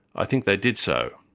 i think they did so.